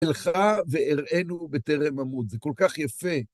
אלכה ואראנו בטרם אמות. זה כל כך יפה.